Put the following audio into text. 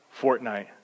Fortnite